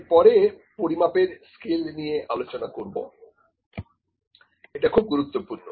এরপরে পরিমাপের স্কেল নিয়ে আলোচনা করবো এটা খুবই গুরুত্বপূর্ণ